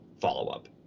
follow-up